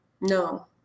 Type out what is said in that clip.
No